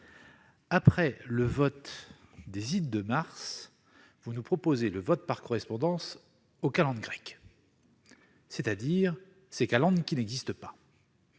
après le vote des ides de mars, vous nous proposez le vote par correspondance aux calendes grecques, ces calendes qui n'existent pas